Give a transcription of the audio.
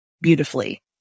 beautifully